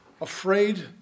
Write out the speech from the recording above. afraid